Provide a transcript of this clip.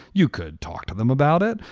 you could talk to them about it.